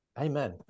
Amen